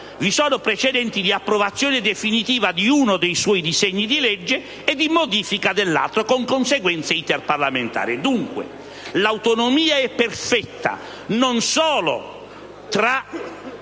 di ripetermi - di approvazione definitiva di uno dei disegni di legge e di modifica dell'altro, con conseguente *iter* parlamentare. Dunque, l'autonomia è perfetta, non solo tra